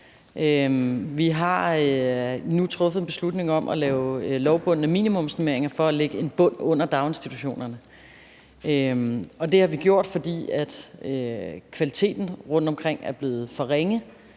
Vi har nu truffet en beslutning om at lave lovbundne minimumsnormeringer for at lægge en bund under daginstitutionerne. Det har vi gjort, fordi kvaliteten rundtomkring er blevet for ringe.